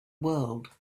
world